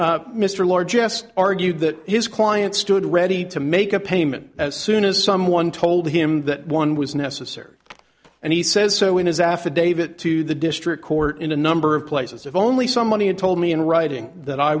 mr large just argued that his client stood ready to make a payment as soon as someone told him that one was necessary and he says so in his affidavit to the district court in a number of places if only some money and told me in writing that i